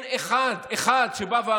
והם רואים כיצד הוא מדבר וכיצד הוא מתנהג.